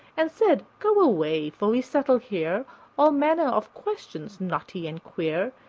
and said go away, for we settle here all manner of questions, knotty and queer,